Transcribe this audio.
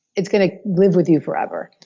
it's going to live with you forever.